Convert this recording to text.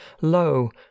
lo